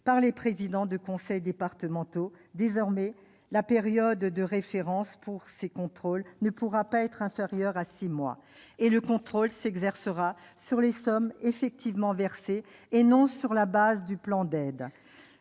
par les présidents de conseil départemental : désormais, la période de référence pour ces contrôles ne pourra être inférieure à six mois, et le contrôle s'exercera sur les sommes effectivement versées et non sur la base du plan d'aide.